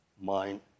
mind